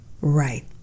Right